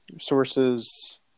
Sources